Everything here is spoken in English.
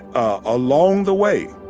ah along the way,